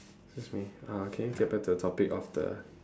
excuse me uh can you get back to the topic of the